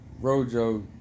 Rojo